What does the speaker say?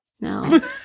No